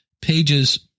pages